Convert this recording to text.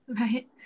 right